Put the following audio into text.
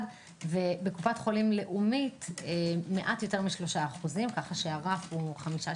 ובקופת חולים לאומית מעט יותר מ-3% כך שהרף הוא 5%,